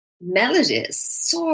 melodies